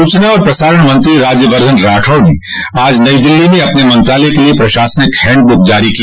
सूचना और प्रसारण मंत्री राज्यवर्धन राठौड़ ने आज नई दिल्ली में अपने मंत्रालय के लिए प्रशासनिक हैंडबुक जारी की